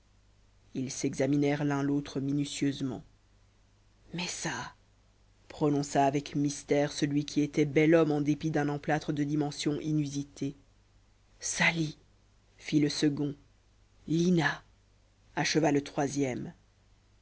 ils s'examinèrent l'un l'autre minutieusement messa prononça avec mystère celui qui était bel homme en dépit d'un emplâtre de dimension inusitée sali fît le second lina acheva le troisième